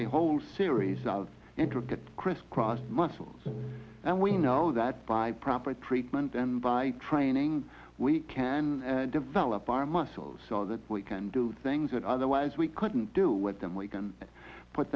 a whole series of intricate criss cross muscles and we know that by proper treatment and by training we can develop our muscles so that we can do things that otherwise we couldn't do with them we can put